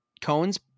Cohen's